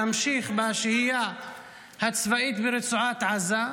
להמשיך בשהייה הצבאית ברצועת עזה,